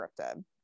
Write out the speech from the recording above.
scripted